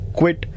quit